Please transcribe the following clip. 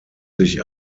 sich